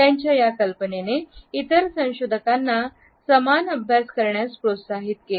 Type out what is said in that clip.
त्यांच्या या कल्पनेने इतर संशोधकांना समान अभ्यास करण्यास प्रोत्साहित केले